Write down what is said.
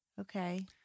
okay